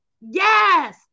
Yes